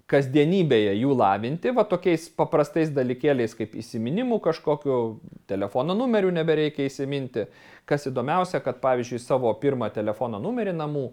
kasdienybėje jų lavinti va tokiais paprastais dalykėliais kaip įsiminimu kažkokiu telefono numerių nebereikia įsiminti kas įdomiausia kad pavyzdžiui savo pirmą telefono numerį namų